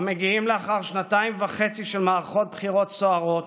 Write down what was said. המגיעים לאחר שנתיים וחצי של מערכות בחירות סוערות